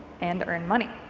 and earn money.